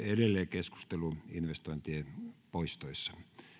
keskustelu investointien poistoissa